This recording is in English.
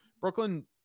Brooklyn